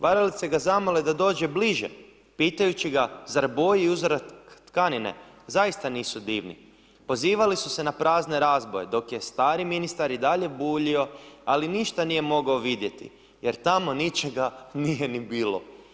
Varalice ga zamole da dođe bliže, pitajući ga zar boje i uzorak tkanine zaista nisu divni, pozivali su se na prazne razboje, dok je stari ministar i dalje buljio, ali ništa nije mogao vidjeti, jer tamo ničega nije ni bilo.